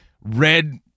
red